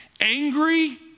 Angry